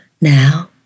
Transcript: now